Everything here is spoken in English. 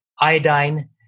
Iodine